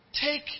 Take